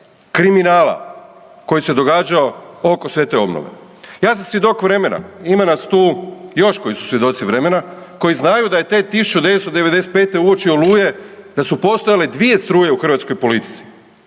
kriminala koji se događao oko sve te obnove. Ja sam svjedok vremena. Ima nas tu još koji su svjedoci vremena koji znaju da je te 1995. uoči Oluje da su postojale dvije struje u hrvatskoj politici